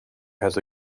has